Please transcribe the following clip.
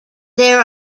there